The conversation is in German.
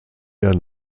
der